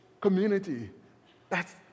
community—that's